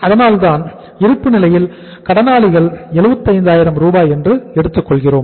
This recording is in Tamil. அதனால்தான் இருப்பு நிலையில் கடனாளிகள் 75000 என்று எடுத்துக் கொள்கிறோம்